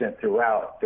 throughout